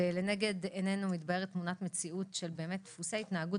לנגד עינינו מתבהרת תמונת מציאות של באמת דפוסי התנהגות